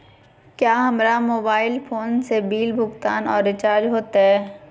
क्या हमारा mobile phone से बिल भुगतान और रिचार्ज होते?